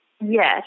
Yes